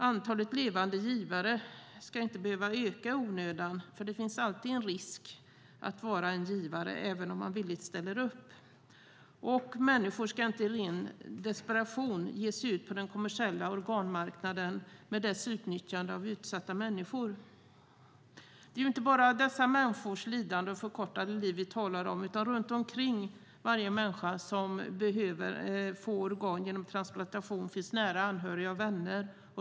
Antalet levande givare ska inte behöva öka i onödan, för det finns alltid en risk med att vara en givare, även om man villigt ställer upp. Människor ska inte heller i ren desperation ge sig ut på den kommersiella organmarknaden med dess utnyttjande av utsatta människor. Det är inte bara dessa människors lidande och förkortade liv vi talar om utan runt varje människa som behöver få organ genom transplantation finns nära anhöriga och vänner.